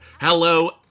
Hello